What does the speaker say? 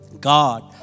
God